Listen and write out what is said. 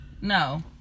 no